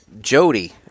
Jody